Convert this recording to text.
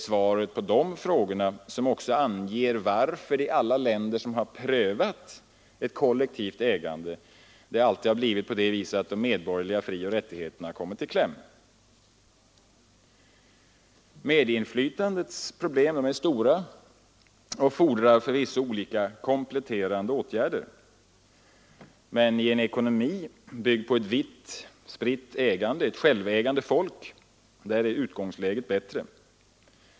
Svaret på dessa frågor anger också varför i alla länder som prövat det kollektiva ägandet de medborgerliga frioch rättigheterna alltid har kommit i kläm. Medinflytandets problem är stora och fordrar förvisso olika kompletterande åtgärder. Men i en ekonomi byggd på ett ägande med bred spridning, ett självägande folk, är utgångsläget bättre.